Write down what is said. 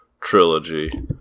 trilogy